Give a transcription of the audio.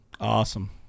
Awesome